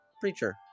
Preacher